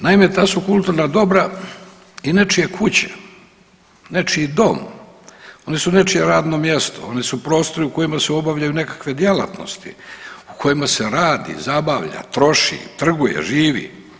Naime, ta su kulturna dobra i nečije kuće, nečiji dom, one su nečije radno mjesto, one su prostori u kojima se obavljaju nekakve djelatnosti, u kojima se radi, zabavlja, troši, trguje, živi.